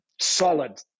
solid